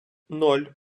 ноль